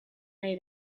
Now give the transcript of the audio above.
nahi